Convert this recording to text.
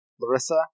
Larissa